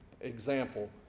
example